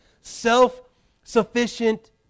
self-sufficient